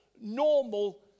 normal